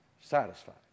satisfied